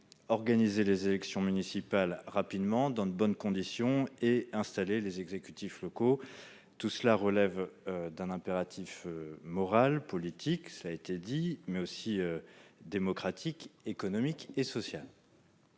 organiser les élections municipales rapidement, dans de bonnes conditions, et installer les exécutifs locaux. Tout cela relève d'un impératif moral, politique, cela a été dit, mais aussi démocratique, économique et social.